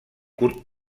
curt